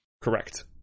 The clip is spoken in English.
Correct